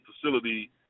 facility